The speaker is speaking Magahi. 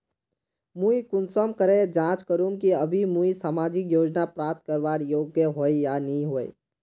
मुई कुंसम करे जाँच करूम की अभी मुई सामाजिक योजना प्राप्त करवार योग्य होई या नी होई?